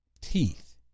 teeth